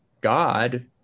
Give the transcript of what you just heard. god